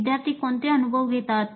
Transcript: विद्यार्थी कोणते अनुभव घेतात